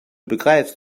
begreifst